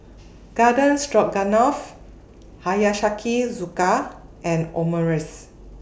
Garden Stroganoff Hiyashi Chuka and Omurice